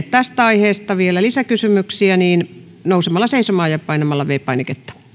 tästä aiheesta vielä lisäkysymyksiä ilmoittautumaan nousemalla seisomaan ja painamalla viides painiketta